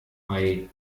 bei